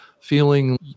feeling